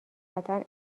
قطعا